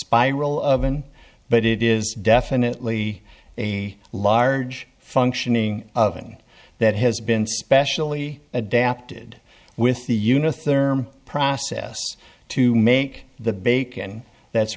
spiral oven but it is definitely a large functioning of ng that has been specially adapted with the unit therm process to make the bacon that's